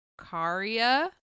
Karia